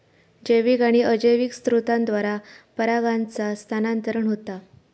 जैविक आणि अजैविक स्त्रोतांद्वारा परागांचा स्थानांतरण होता